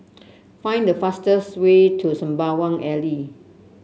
find the fastest way to Sembawang Alley